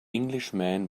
englishman